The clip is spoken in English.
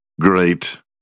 Great